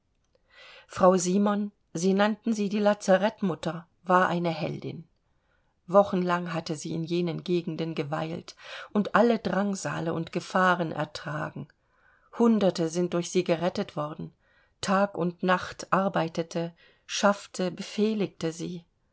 frau simon sie nannten sie die lazareth mutter war eine heldin wochenlang hatte sie in jenen gegenden geweilt und alle drangsale und gefahren ertragen hunderte sind durch sie gerettet worden tag und nacht arbeitete schaffte befehligte sie